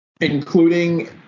including